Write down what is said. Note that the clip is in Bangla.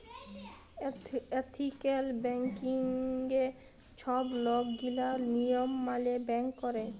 এথিক্যাল ব্যাংকিংয়ে ছব লকগিলা লিয়ম মালে ব্যাংক ক্যরে